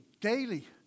daily